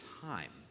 time